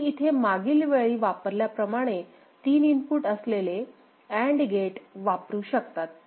तुम्ही इथे मागील वेळी वापरल्या प्रमाणे तीन इनपुट असलेले अँड गेट वापरू शकतात